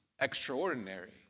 extraordinary